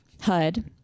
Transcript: HUD